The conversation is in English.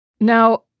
Now